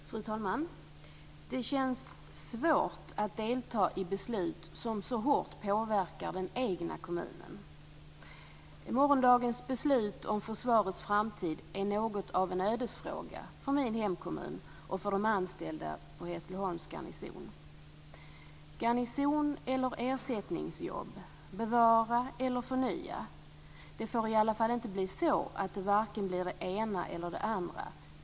Fru talman! Det känns svårt att delta i beslut som så hårt påverkar den egna kommunen. Morgondagens beslut om försvarets framtid är något av en ödesfråga för min hemkommun och för de anställda vid Hässleholms garnison. Garnison eller ersättningsjobb, bevara eller förnya - det får i alla fall inte bli så att det blir varken det ena eller det andra.